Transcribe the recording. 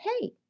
hey